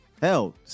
Hell